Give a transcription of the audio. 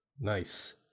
Nice